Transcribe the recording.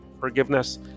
forgiveness